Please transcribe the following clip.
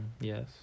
Yes